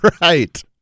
right